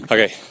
Okay